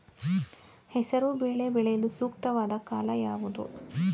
ಹೆಸರು ಬೇಳೆ ಬೆಳೆಯಲು ಸೂಕ್ತವಾದ ಕಾಲ ಯಾವುದು?